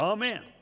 Amen